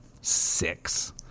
six